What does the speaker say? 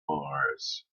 mars